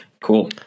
Cool